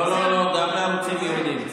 לא, גם לערוצים ייעודיים.